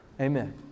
Amen